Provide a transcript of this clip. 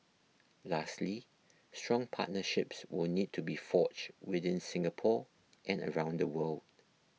lastly strong partnerships will need to be forged within Singapore and around the world